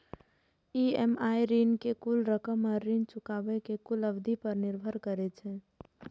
EMI ऋण के कुल रकम आ ऋण चुकाबै के कुल अवधि पर निर्भर करै छै